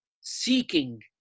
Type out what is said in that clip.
seeking